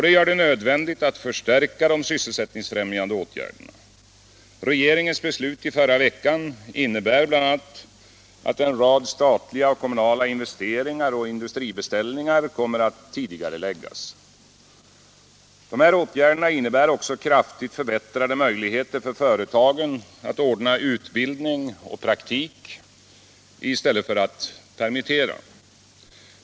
Det gör det nödvändigt att förstärka de sysselsättningsfrämjande åtgärderna. Regeringens beslut i förra veckan innebär bl.a. att en rad statliga och kommunala investeringar och industribeställningar kommer att tidigareläggas. Dessa åtgärder innebär också kraftigt förbättrade möjligheter för företagen att ordna utbildning och praktik i stället för att permittera.